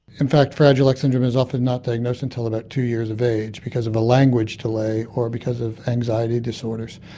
in fact fragile x syndrome is often not diagnosed until about two years of age because of a language delay, or because of anxiety disorders.